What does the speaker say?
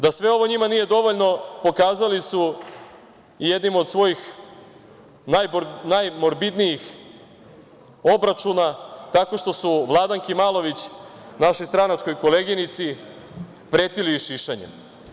Da sve ovo njima nije dovoljno pokazali su jednim od svojih najmorbidnijih obračuna tako što su Vladanki Malović, našoj stranačkoj koleginici pretili šišanjem.